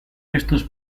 restos